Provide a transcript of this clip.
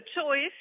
choice